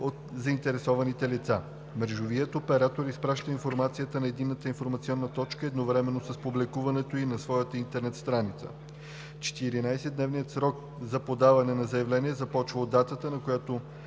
от заинтересовани лица. Мрежовият оператор изпраща информацията на Единната информационна точка едновременно с публикуването й на своята интернет страница. Четиринадесетдневният срок за подаване на заявления започва от датата, на която